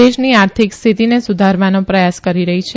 દેશની આર્થિક સ્થિતિને સુધારવાનો પ્રયાસ કરી રહી છે